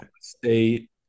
State